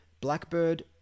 blackbird